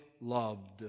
loved